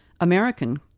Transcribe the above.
American